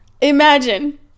Imagine